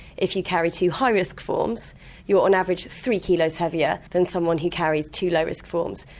if you carry two high risk forms you're on average three kilos heavier than someone who carries two low risk forms.